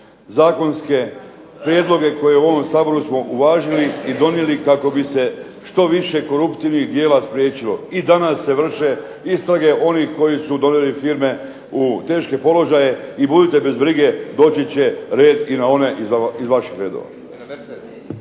zakonske prijedloge koje u ovom Saboru smo uvažili i donijeli kako bi se što više koruptivnih djela spriječilo. I danas se vrše istrage onih koji su doveli firme u teške položaje, i budite bez brige doći će red i na one iz vaših redova.